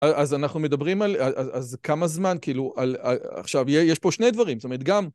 אז אנחנו מדברים אז כמה זמן, כאילו, עכשיו, יש פה שני דברים, זאת אומרת, גם...